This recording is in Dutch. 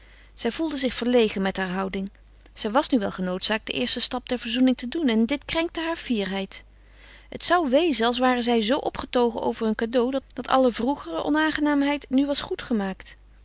zij gevoelde zich verlegen met haar houding zij was nu wel genoodzaakt den eersten stap der verzoening te doen en dit krenkte haar fierheid het zou wezen als ware zij zoo opgetogen over hun cadeau dat alle vroegere onaangenaamheid nu was